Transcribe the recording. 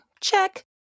Check